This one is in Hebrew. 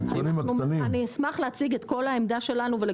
אשמח להציג את העמדה שלנו.